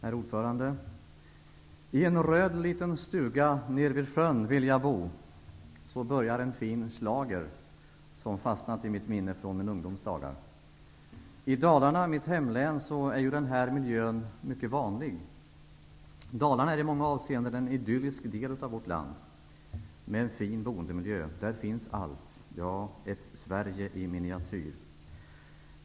Herr talman! ''I en röd liten stuga ned vid sjön vill jag bo.'' Så börjar en fin schlager som fastnat i mitt minne från ungdomens dagar. I Dalarna, mitt hemlän, är den här miljön mycket vanlig. Dalarna är i många avseenden en idyllisk del av vårt land, med en fin boendemiljö. Där finns allt -- ett Sverige i miniatyr.